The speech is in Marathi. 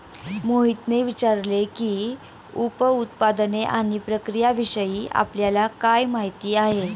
मोहितने विचारले की, उप उत्पादने आणि प्रक्रियाविषयी आपल्याला काय माहिती आहे?